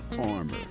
Armor